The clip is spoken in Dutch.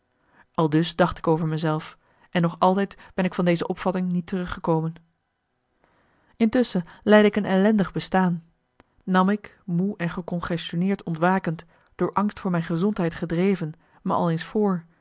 aldus dacht ik over me zelf en nog altijd ben ik van deze opvatting niet teruggekomen intusschen leidde ik een ellendig bestaan nam ik moe en gecongestioneerd ontwakend door angst voor mijn gezondheid gedreven me al eens voor